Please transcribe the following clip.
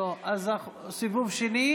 אינו נוכח ולדימיר בליאק,